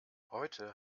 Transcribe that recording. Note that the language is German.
heute